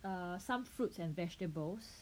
err some fruits and vegetables